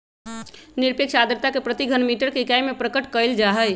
निरपेक्ष आर्द्रता के प्रति घन मीटर के इकाई में प्रकट कइल जाहई